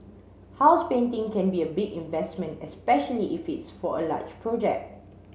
house painting can be a big investment especially if it's for a large project